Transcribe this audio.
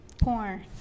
Porn